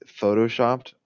photoshopped